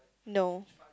no